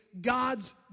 God's